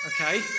Okay